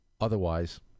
otherwise